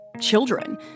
children